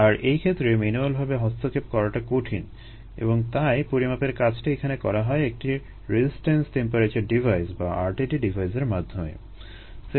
আর এই ক্ষেত্রে ম্যানুুয়ালভাবে হস্তক্ষেপ করাটা কঠিন এবং তাই পরিমাপের কাজটি এখানে করা হয় একটি রেসিসট্যান্স টেম্পারেচার ডিভাইস বা RTD ডিভাইসের মাধ্যমে